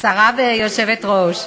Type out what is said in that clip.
שרה ויושבת-ראש.